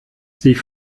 sie